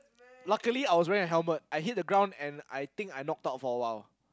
luckily I was wearing a helmet I hit the ground and I think I knocked out for a while